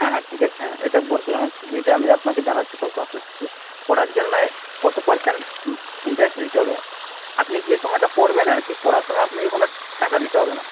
হ্যাঁ হ্যাঁ ঠিক আছে হ্যাঁ এটা বলছি হ্যাঁ এটা আমি আপনাকে জানাচ্ছি পড়ার জন্য কত পারসেন্ট ইন্টারেস্ট দিতে হবে আরকি আপনি যে সময়টা পড়বেন আরকি পড়ার সময় আপনাকে কোনো টাকা দিতে হবেনা